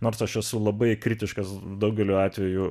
nors aš esu labai kritiškas daugeliu atvejų